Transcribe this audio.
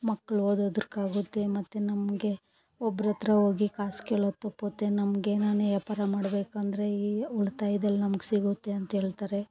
ಮಕ್ಕಳು ಓದೋದುಕ್ಕಾಗುತ್ತೆ ಮತ್ತು ನಮಗೆ ಒಬ್ರಹತ್ರ ಹೋಗಿ ಕಾಸು ಕೇಳೋದು ತಪ್ಪುತ್ತೆ ನಮಗೇನಾನ ವ್ಯಾಪಾರ ಮಾಡಬೇಕಂದ್ರೆ ಈ ಉಳ್ತಾಯದಲ್ಲಿ ನಮ್ಗೆ ಸಿಗುತ್ತೆ ಅಂತೇಳ್ತಾರೆ